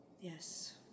Yes